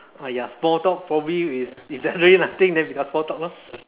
uh ya small talk probably is if there's really nothing then become small talk lor